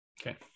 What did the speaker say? Okay